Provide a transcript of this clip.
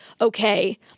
okay